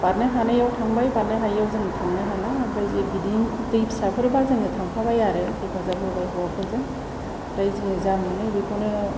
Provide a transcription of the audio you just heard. बारनो हानायाव थांबाय बारनो हायियाव जों थांनो हाला ओमफ्राय जे बिदि दै फिसाफोरबा जोंङो थांफाबाय आरो हेफाजाब होबाय हौवाफोरजों ओमफ्राय जोंङो जा मोनो बेखौनो